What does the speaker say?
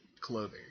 clothing